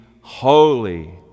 holy